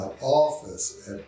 office